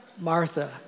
Martha